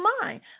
mind